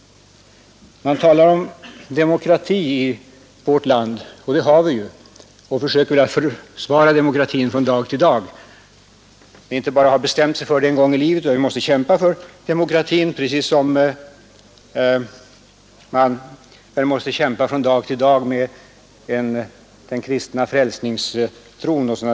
Man säger att vi har demokrati i vårt land — och det har vi ju — och vi måste försvara demokratin från dag till dag. Det är inte så att vi har bestämt oss för demokrati en gång för alla, utan vi måste kämpa för den precis som man måste kämpa dag för dag med den kristna frälsningstron.